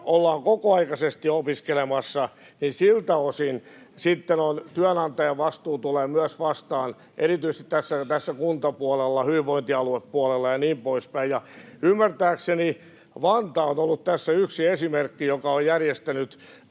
ollaan kokoaikaisesti opiskelemassa, niin työnantajan vastuu tulee myös vastaan erityisesti kuntapuolella, hyvinvointialuepuolella ja niin poispäin. Ymmärtääkseni Vantaa on ollut tässä yksi esimerkki, joka on järjestänyt